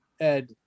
Ed